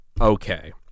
okay